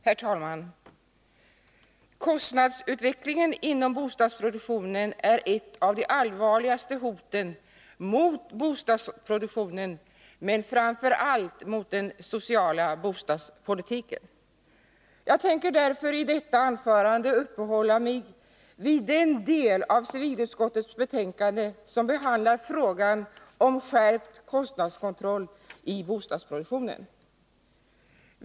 Herr talman! Kostnadsutvecklingen inom bostadsproduktionen är ett av de allvarligaste hoten mot bostadsproduktionen och framför allt mot den sociala bostadspolitiken. Jag tänker därför i detta anförande uppehålla mig vid den del av civilutskottets betänkande som behandlar frågan om skärpt kostnadskontroll i bostadsproduktionen.